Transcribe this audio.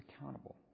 accountable